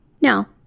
now